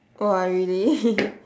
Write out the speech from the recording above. !wah! really